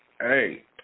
Hey